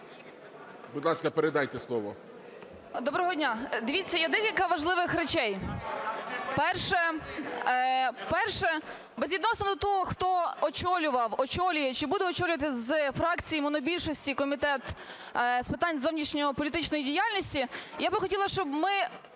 Доброго дня! Дивіться, є декілька важливих речей. Перше. Безвідносно до того, хто очолював, очолює чи буде очолювати з фракції монобільшості Комітет з питань зовнішньополітичної діяльності, я хотіла, щоб нас